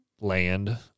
land